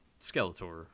Skeletor